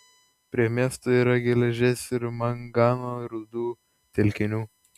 prie miesto yra geležies ir mangano rūdų telkinių